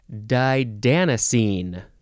didanosine